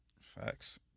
Facts